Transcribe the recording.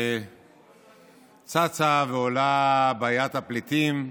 צצה ועולה בעיית הפליטים,